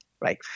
right